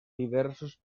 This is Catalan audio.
diversos